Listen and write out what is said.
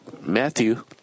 Matthew